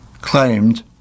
claimed